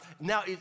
now